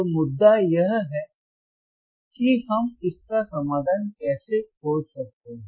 तो मुद्दा यह है कि हम इसका समाधान कैसे खोज सकते हैं